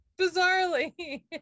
bizarrely